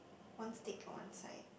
one steak and one side